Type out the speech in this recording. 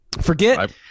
Forget